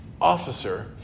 officer